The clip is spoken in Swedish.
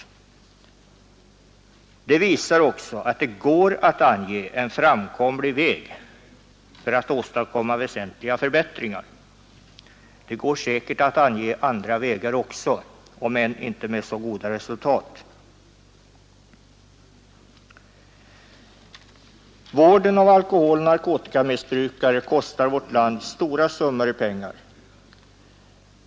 Exemplen visar alltså att det går att ange en framkomlig väg för att åstadkomma väsentliga förbättringar. Det går säkert att ange flera andra vägar, om också inte med lika goda resultat. Vården av alkoholoch narkotikamissbrukare kostar vårt land stora summor.